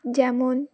যেমন